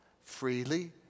freely